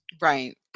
Right